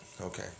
Okay